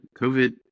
COVID